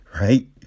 right